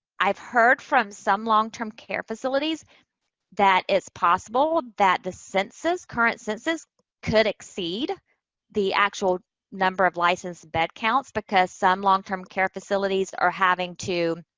i've heard from some long-term care facilities that it's possible that the census, current census could exceed the actual number of licensed bed counts, because some long-term care facilities are having to